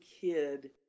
kid